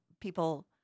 people